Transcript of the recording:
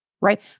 right